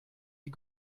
die